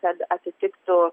kad atitiktų